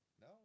No